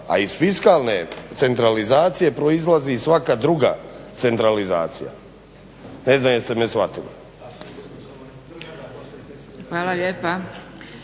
a iz fiskalne centralizacije proizlazi i svaka druga centralizacija. Ne znam jeste me shvatili. **Zgrebec,